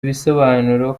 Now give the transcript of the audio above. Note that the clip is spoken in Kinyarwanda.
bisobanura